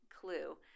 clue